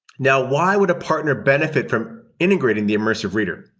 now, why would a partner benefit from integrating the immersive reader?